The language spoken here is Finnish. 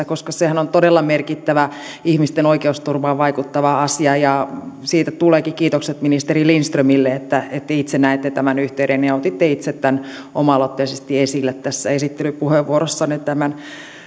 koska sehän on on todella merkittävä ihmisten oikeusturvaan vaikuttava asia siitä tuleekin kiitokset ministeri lindströmille että itse näitte tämän yhteyden ja otitte itse oma aloitteisesti esille tässä esittelypuheenvuorossanne tämän